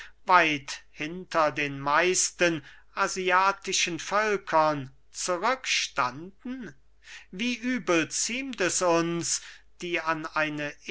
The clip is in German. weit hinter den meisten asiatischen völkern zurück standen wie übel ziemt es uns die an eine